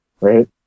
right